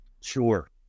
Sure